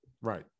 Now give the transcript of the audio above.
Right